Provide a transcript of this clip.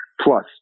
plus